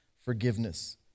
forgiveness